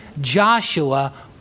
Joshua